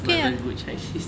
it's not even good chinese